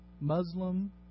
Muslim